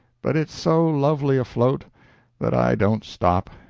but it's so lovely afloat that i don't stop,